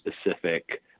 specific